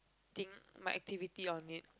~ing my activity on it